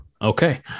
Okay